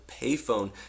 payphone